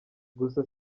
gusa